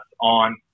on